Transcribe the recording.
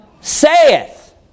saith